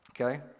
okay